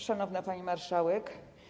Szanowna Pani Marszałek!